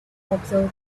observe